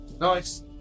Nice